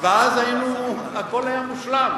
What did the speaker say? ואז הכול היה מושלם.